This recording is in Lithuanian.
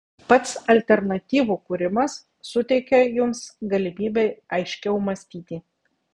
pats alternatyvų kūrimas suteikia jums galimybę aiškiau mąstyti